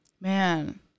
Man